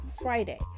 Friday